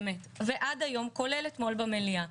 באמת ועד היום כולל אתמול במליאה,